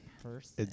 first